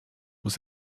muss